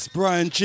Brian